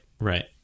right